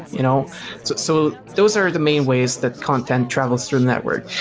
you know so so those are the main ways that content travels through network.